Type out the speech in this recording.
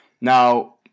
Now